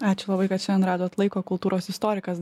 ačiū labai kad šiandien radot laiko kultūros istorikas